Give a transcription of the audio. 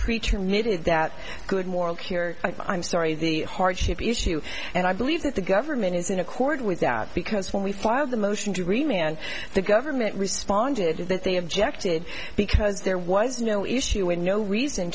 needed that good moral cure i'm sorry the hardship issue and i believe that the government is in accord with that because when we filed the motion to remain and the government responded to that they objected because there was no issue with no reason